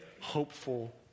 hopeful